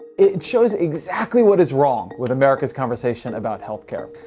it shows exactly what is wrong with america's conversation about health care.